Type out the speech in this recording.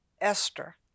Esther